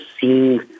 seeing